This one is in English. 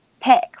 pick